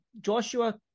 Joshua